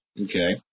Okay